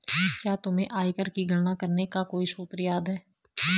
क्या तुम्हें आयकर की गणना करने का कोई सूत्र याद है?